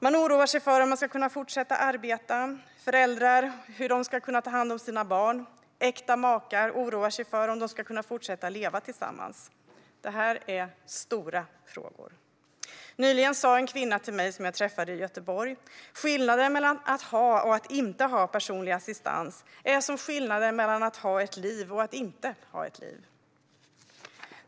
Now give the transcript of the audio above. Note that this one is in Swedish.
Man oroar sig för om man ska kunna fortsätta arbeta, föräldrar oroar sig för hur de ska kunna ta hand om sina barn, äkta makar oroar sig för om de ska kunna fortsätta leva tillsammans. Det här är stora frågor. Nyligen sa en kvinna, som jag träffade i Göteborg, till mig: Skillnaden mellan att ha och att inte ha personlig assistans är som skillnaden mellan att ha ett liv och att inte ha ett liv.